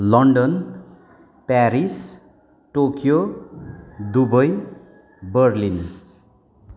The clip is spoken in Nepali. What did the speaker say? London Paris Tokyo Dubai Berlin